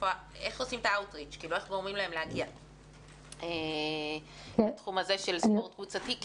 איך גורמים להן להגיע לתחום הזה של ספורט קבוצתי?